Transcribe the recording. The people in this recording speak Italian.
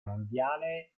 mondiale